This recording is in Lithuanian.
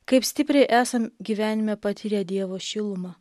kaip stipriai esam gyvenime patyrę dievo šilumą